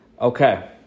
okay